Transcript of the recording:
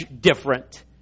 different